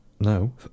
No